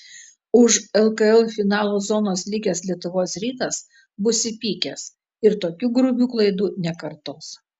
už lkl finalo zonos likęs lietuvos rytas bus įpykęs ir tokių grubių klaidų nekartos